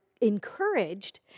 encouraged